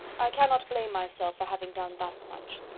i cannot blame myself for having done thus much.